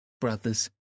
brothers